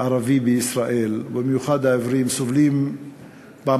ערבים בישראל, ובמיוחד העיוורים, סובלים פעמיים